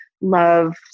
love